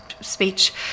speech